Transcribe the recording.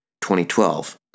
2012